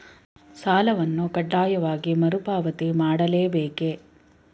ಸಾಲವನ್ನು ಕಡ್ಡಾಯವಾಗಿ ಮರುಪಾವತಿ ಮಾಡಲೇ ಬೇಕೇ?